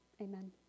Amen